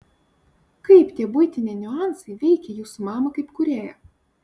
kaip tie buitiniai niuansai veikė jūsų mamą kaip kūrėją